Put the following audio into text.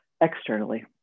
externally